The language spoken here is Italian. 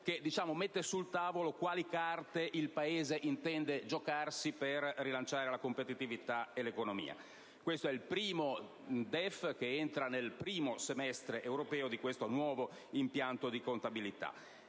che mette sul tavolo quali carte il Paese intende giocarsi per rilanciare la competitività e l'economia. Questo è il primo DEF che entra nel primo semestre europeo di questo nuovo impianto di contabilità.